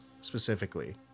specifically